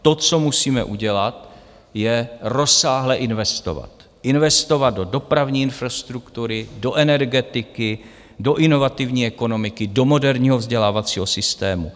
To, co musíme udělat, je rozsáhle investovat, do dopravní infrastruktury, do energetiky, do inovativní ekonomiky, do moderního vzdělávacího systému.